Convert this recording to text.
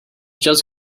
just